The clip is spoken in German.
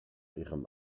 ihrem